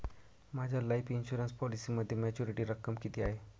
माझ्या life insurance पॉलिसीमध्ये maturity रक्कम किती आहे?